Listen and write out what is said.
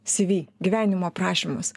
cv gyvenimo aprašymas